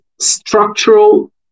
structural